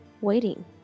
waiting